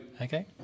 Okay